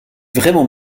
vraiment